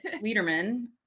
Liederman